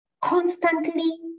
constantly